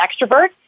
extrovert